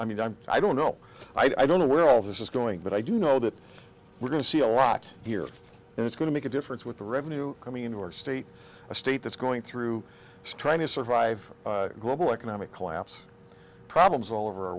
i mean i'm i don't know i don't know where all this is going but i do know that we're going to see a lot here and it's going to make a difference with the revenue coming in your state a state that's going through trying to survive global economic collapse problems all over our